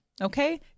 okay